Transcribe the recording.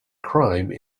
crime